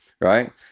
right